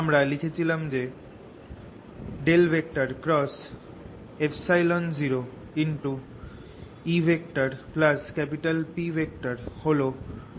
আমরা লিখেছিলাম যে ×oEP হল free